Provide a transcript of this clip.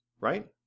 right